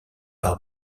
par